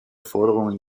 forderungen